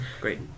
Great